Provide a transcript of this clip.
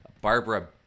Barbara